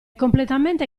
completamente